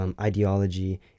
Ideology